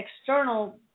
external